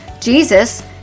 Jesus